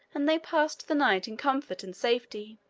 and they passed the night in comfort and safety.